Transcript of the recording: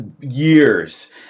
years